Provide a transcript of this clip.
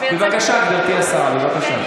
בבקשה, גברתי השרה, בבקשה.